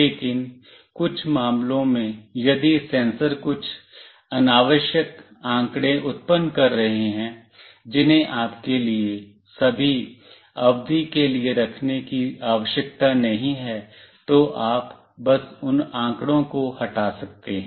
लेकिन कुछ मामलों में यदि सेंसर कुछ अनावश्यक आंकड़े उत्पन्न कर रहे हैं जिन्हें आपके लिए सभी अवधि के लिए रखने की आवश्यकता नहीं है तो आप बस उन आंकड़ों को हटा सकते हैं